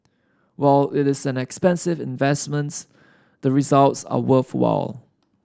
while it is an expensive investments the results are worthwhile